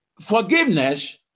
forgiveness